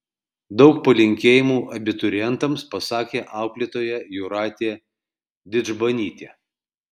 daug palinkėjimų abiturientams pasakė auklėtoja jūratė didžbanytė